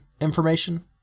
information